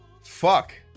fuck